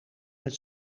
met